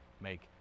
make